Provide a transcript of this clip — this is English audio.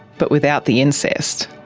but without the incest.